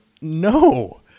no